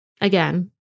again